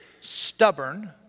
stubborn